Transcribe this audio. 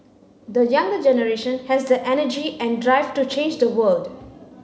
the younger generation has the energy and drive to change the world